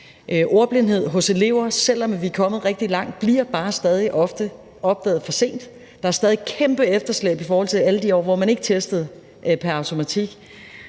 Ordblindhed hos elever bliver stadig, selv om vi er kommet rigtig langt, ofte opdaget for sent. Der er stadig et kæmpe efterslæb efter alle de år, hvor man ikke testede pr. automatik.